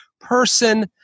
person